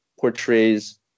portrays